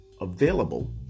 available